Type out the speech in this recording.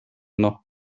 noch